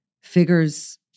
figures